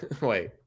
wait